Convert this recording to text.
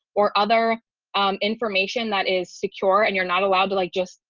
or other um information that is secure and you're not allowed to like just,